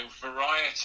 variety